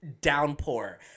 downpour